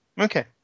Okay